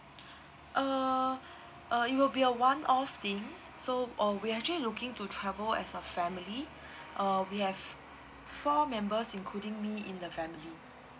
uh uh it will be a one off thing so uh we actually looking to travel as a family uh we have four members including me in the family